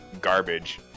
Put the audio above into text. garbage